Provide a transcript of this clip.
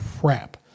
crap